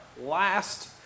last